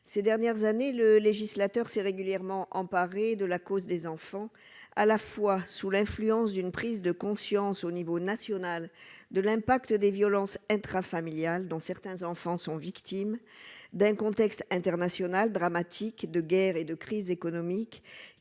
ces dernières années, le législateur s'est régulièrement emparé de la cause des enfants à la fois sous l'influence d'une prise de conscience au niveau national, de l'impact des violences intrafamiliales dont certains enfants sont victimes d'un contexte international dramatique de guerre et de crise économique,